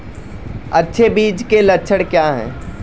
अच्छे बीज के लक्षण क्या हैं?